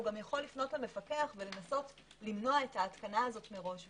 הוא גם יכול לפנות למפקח ולנסות למנוע את ההתקנה הזאת מראש.